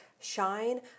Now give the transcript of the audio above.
shine